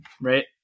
right